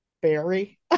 Barry